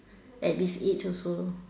at this age also